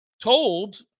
told